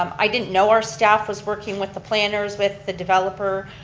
um i didn't know our staff was working with the planners, with the developer.